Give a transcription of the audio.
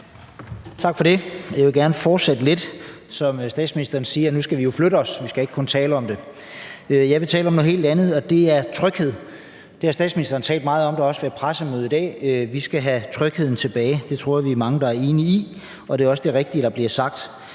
Tak for det. Jeg vil gerne fortsætte lidt, for som statsministeren siger, skal vi jo flytte os, og vi skal ikke kun tale om det. Jeg vil tale om noget helt andet, og det er tryghed. Det har statsministeren talt meget om, og der har også været pressemøde i dag om det, nemlig at vi skal have trygheden tilbage. Det tror jeg vi er mange der er enige i. Det er også det rigtige, der bliver sagt.